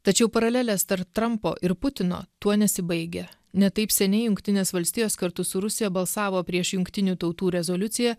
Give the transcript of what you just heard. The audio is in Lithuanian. tačiau paralelės tarp trampo ir putino tuo nesibaigia ne taip seniai jungtinės valstijos kartu su rusija balsavo prieš jungtinių tautų rezoliuciją